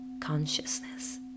consciousness